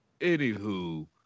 Anywho